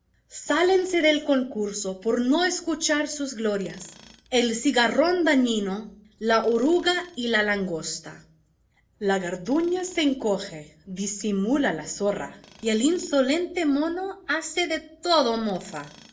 sálense del concurso por no escuchar sus glorias el cigarrón dañino la oruga y la langosta la garduña se encoge disimula la zorra y el insolente mono hace de todo mofa